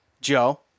Joe